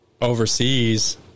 overseas